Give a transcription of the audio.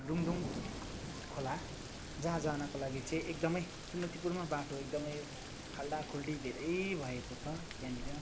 रुङदुङ खोला जहाँ जानको लागि चाहिँ एकदमै चुनौतीपूर्ण बाटो एकदमै खाल्डाखुल्डी धेरै भएको छ त्यहाँनिर